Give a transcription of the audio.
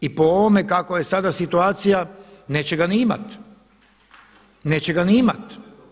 I po ovome kako je sada situacija neće ga ni imati, neće ga ni imati.